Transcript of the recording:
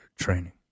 training